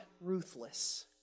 ruthless